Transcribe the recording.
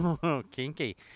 Kinky